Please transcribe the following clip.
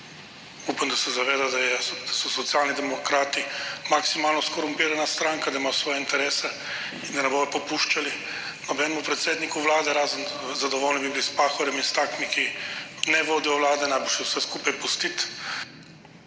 Upam, da se zaveda, da so Socialni demokrati maksimalno skorumpirana stranka, da imajo svoje interese, in da ne bodo popuščali nobenemu predsedniku vlade, razen zadovoljni bi bili s Pahorjem in s takimi, ki ne vodijo vlade, najbrž je vse skupaj pustiti.